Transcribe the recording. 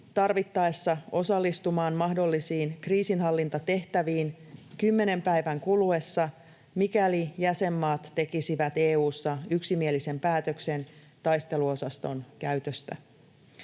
tarvittaessa osallistumaan mahdollisiin kriisinhallintatehtäviin kymmenen päivän kuluessa, mikäli jäsenmaat tekisivät EU:ssa yksimielisen päätöksen taisteluosaston käytöstä.